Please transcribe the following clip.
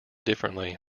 differently